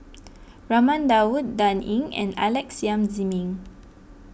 Raman Daud Dan Ying and Alex Yam Ziming